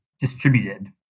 distributed